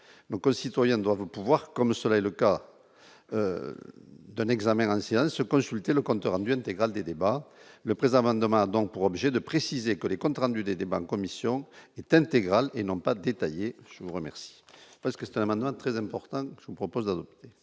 nos concitoyens doivent pouvoir comme cela est le cas d'un examen national se consulter le compte rendu intégral des débats le présent amendement a donc pour objet de préciser que les comptes rendus des débats en commission est intégral et non pas détaillé, je vous remercie parce que c'est un très important, je vous propose d'.